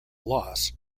loss